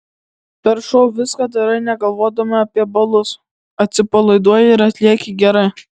per šou viską darai negalvodama apie balus atsipalaiduoji ir atlieki gerai